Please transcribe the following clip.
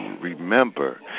remember